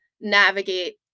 navigate